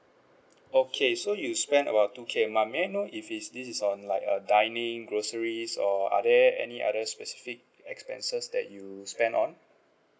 okay so you spend about two K a month may I know if is this is on like a dining groceries or are there any other specific expenses that you spend on